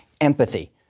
empathy